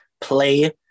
play